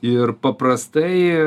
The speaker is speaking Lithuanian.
ir paprastai